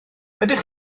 ydych